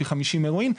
פי חמישים מהרואין,